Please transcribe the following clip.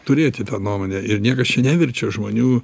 turėti tą nuomonę ir niekas čia neverčia žmonių